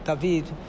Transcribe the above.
David